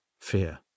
fear